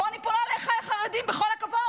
פה אני פונה לאחיי החרדים: בכל הכבוד,